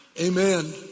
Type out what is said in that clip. Amen